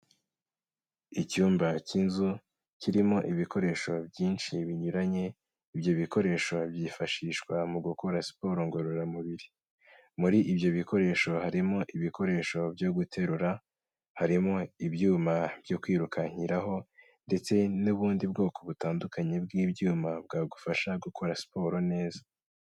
Icyumba cy'inzu kirimo ibikoresho byinshi binyuranye, ibyo bikoresho byifashishwa mu gukora siporo ngororamubiri. Muri ibyo bikoresho harimo ibikoresho byo guterura, harimo ibyuma byo kwirukankiraho ndetse n'ubundi bwoko butandukanye bw'ibyuma bwagufasha gukora siporo neza.